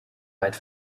weit